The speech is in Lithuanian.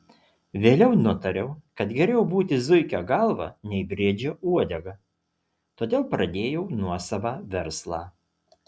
vėliau nutariau kad geriau būti zuikio galva nei briedžio uodega todėl pradėjau nuosavą verslą